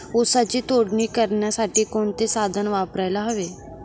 ऊसाची तोडणी करण्यासाठी कोणते साधन वापरायला हवे?